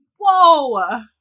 Whoa